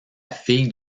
fille